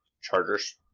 Chargers